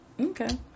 Okay